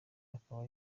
akaba